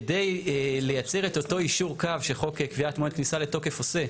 כדי לייצר את אותו יישור קו שחוק קביעת מועד כניסה לתוקף עושה,